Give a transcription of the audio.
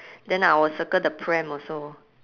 then I will circle the pram also